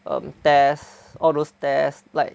um tests all those tests like